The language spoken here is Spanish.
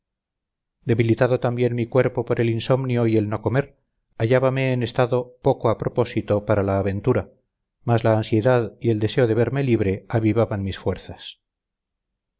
debilitado también mi cuerpo por el insomnio y el no comer hallábame en estado poco a propósito para la aventura mas la ansiedad y el deseo de verme libre avivaban mis fuerzas